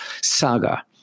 saga